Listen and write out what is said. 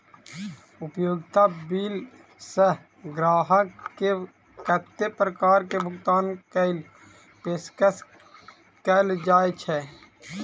उपयोगिता बिल सऽ ग्राहक केँ कत्ते प्रकार केँ भुगतान कऽ पेशकश कैल जाय छै?